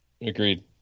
agreed